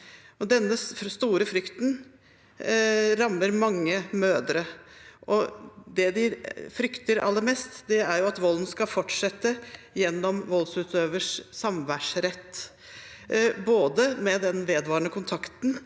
Denne store frykten rammer mange mødre. Det de frykter aller mest, er at volden skal fortsette gjennom voldsutøvers samværsrett, både ved den vedvarende kontakten